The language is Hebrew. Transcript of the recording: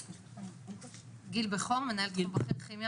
לכן,